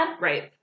Right